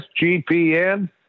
SGPN